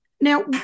Now